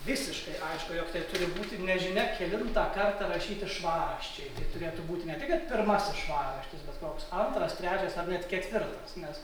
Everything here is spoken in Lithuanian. visiškai aišku jog tai turi būti nežinia kelintą kartą rašyti švarraščiai tai turėtų būti ne tik kad pirmasis švarraštis bet koks antras trečias ar net ketvirtas nes